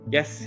Yes